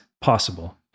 possible